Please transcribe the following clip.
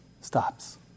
stops